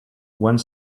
one